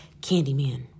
Candyman